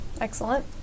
Excellent